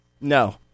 no